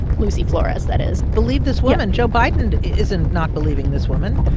lucy flores, that is believe this woman? joe biden isn't not believing this woman.